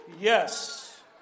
Yes